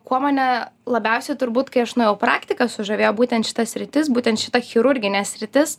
kuo mane labiausiai turbūt kai aš nuėjau praktika sužavėjo būtent šita sritis būtent šita chirurginė sritis